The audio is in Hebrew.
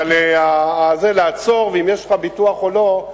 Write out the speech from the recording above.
אבל העניין של לעצור, ואם יש לך ביטוח או לא,